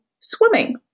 swimming